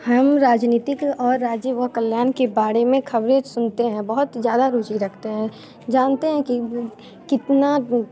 हम राजनीतिक और राजीव कल्याण के बारे में खबरें सुनते हैं बहुत ज़्यादा रुचि रखते हैं जानते हैं कि कितना